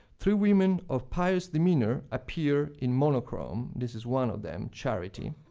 three women of pious demeanor appear in monochrome. this is one of them, charity.